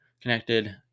connected